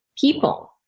people